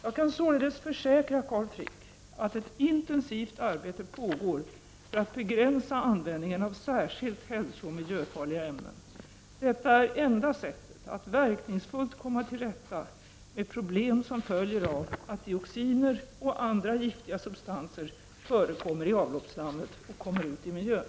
Jag kan således försäkra Carl Frick att ett intensivt arbete pågår för att begränsa användningen av särskilt hälsooch miljöfarliga ämnen. Detta är enda sättet att verkningsfullt komma till rätta med problem som följer av att dioxiner och andra giftiga substanser förekommer i avloppsslammet och kommer ut i miljön.